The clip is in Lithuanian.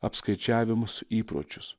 apskaičiavimus įpročius